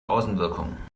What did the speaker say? außenwirkung